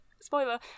spoiler